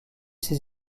ses